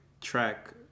track